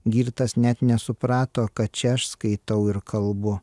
girtas net nesuprato kad čia aš skaitau ir kalbu